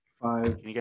five